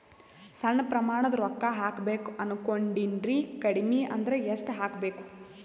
ಸಣ್ಣ ಪ್ರಮಾಣದ ರೊಕ್ಕ ಹಾಕಬೇಕು ಅನಕೊಂಡಿನ್ರಿ ಕಡಿಮಿ ಅಂದ್ರ ಎಷ್ಟ ಹಾಕಬೇಕು?